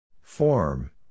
Form